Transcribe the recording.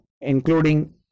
including